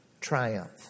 triumph